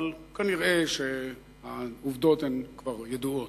אבל כנראה העובדות כבר ידועות.